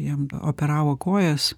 jam operavo kojas